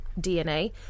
DNA